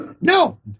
No